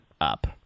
up